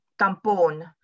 tampon